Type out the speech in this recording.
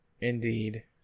Indeed